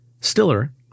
Stiller